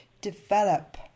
develop